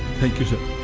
take it.